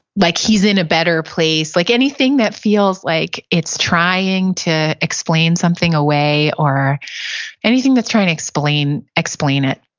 like he's in a better place. like anything that feels like it's trying to explain something away or anything that's trying to explain explain it,